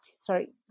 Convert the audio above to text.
sorry